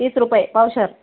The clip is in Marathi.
तीस रुपये पावशेर